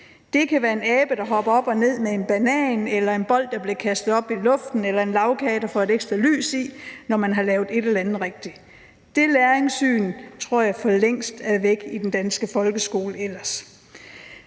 Det kan være en abe, der hopper op og ned med en banan, eller en bold, der bliver kastet op i luften, eller en lagkage, der får et ekstra lys i, når man har lavet et eller andet rigtigt. Det læringssyn tror jeg for længst er væk i den danske folkeskole ellers.